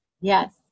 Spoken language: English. yes